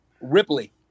Ripley